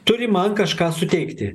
turi man kažką suteikti